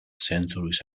centuries